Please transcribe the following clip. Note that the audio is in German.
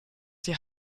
die